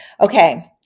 Okay